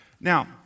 now